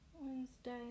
Wednesday